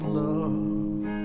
love